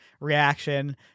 reaction